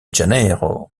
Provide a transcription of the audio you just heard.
janeiro